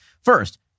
First